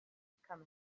become